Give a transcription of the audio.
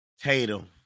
Tatum